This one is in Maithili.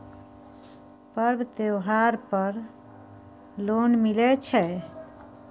पर्व त्योहार पर लोन मिले छै?